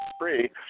free